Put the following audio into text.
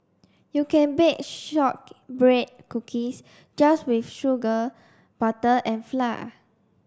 you can bake shortbread cookies just with sugar butter and flour